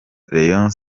rayon